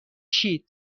شید